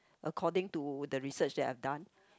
according to the research that I've done